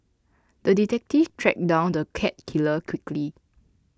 the detective tracked down the cat killer quickly